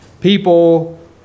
people